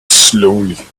slowly